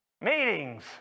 meetings